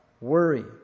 Worry